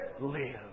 Live